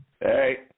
Hey